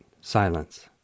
silence